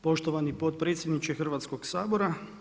Poštovani potpredsjedniče Hrvatskog sabora.